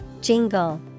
Jingle